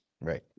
Right